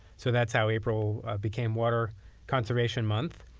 so that's how april became water conservation month.